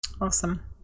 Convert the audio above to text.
Awesome